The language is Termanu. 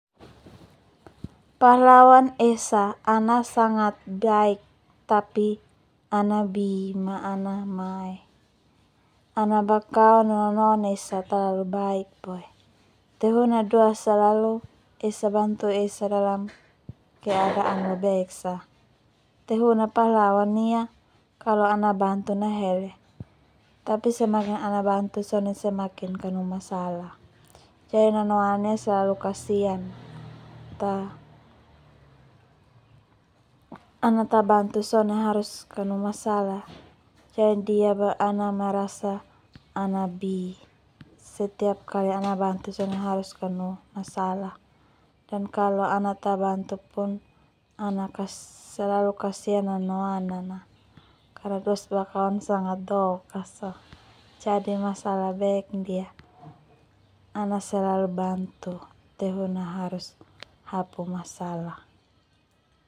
Pahlawan esa ana sangat baik tapi ana bi ma ana Mae. Ana bakawan no nano Anan esa Talalu baik boe. Tehuna duas selalu esa bantu esa dalam keadaan lobek sa. Tehun a pahlawan ia kalo ana bantu nahele, tapi semakin ana bantu sone semakin kanu masalah jadi nano Anan ia selalu kasian ta. Kalo ana ta bantu sone harus kanu masalah jadi ndia boe ana merasa ana bi setiap kali ana bantu sone harus kanu masalah. Dan kalo ana ta bantu pun ana selalu kasian nano Anan a karna duas bakawan sangat dok a so. Jadi masalah bek ndia ana selalu bantu tehuna harus hapu masalah.